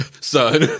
son